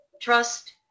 trust